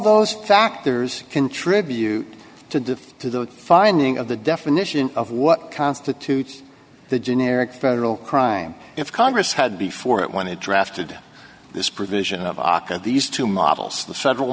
those factors contribute to defer to the finding of the definition of what constitutes the generic federal crime if congress had before it when it drafted this provision of aka these two models of the several